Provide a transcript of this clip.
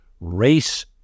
race